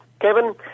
Kevin